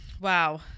Wow